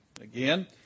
Again